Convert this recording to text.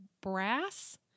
brass